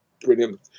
Brilliant